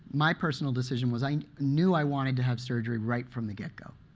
my personal decision was, i and knew i wanted to have surgery right from the get go.